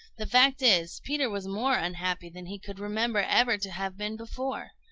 the fact is, peter was more unhappy than he could remember ever to have been before.